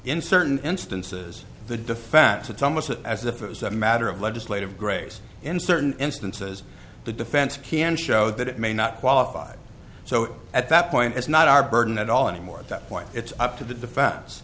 in certain instances the defense atomicity as if it was a matter of legislative grace in certain instances the defense can show that it may not qualify so at that point it's not our burden at all anymore at that point it's up to the defense